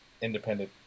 independent